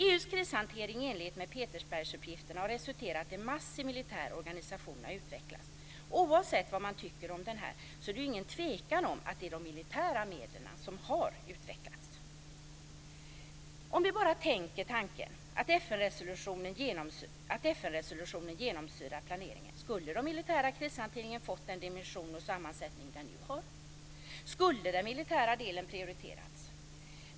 EU:s krishantering i enlighet med Petersbergsuppgifterna har resulterat i att en massiv militär organisation har utvecklats. Oavsett vad man tycker om denna, är det ingen tvekan om att det är de militära medlen som har utvecklats. Om vi bara tänker tanken att FN-resolutionen genomsyrat planeringen, skulle då den militära krishanteringen fått den dimension och sammansättning som den nu har? Skulle den militära delen ha prioriterats?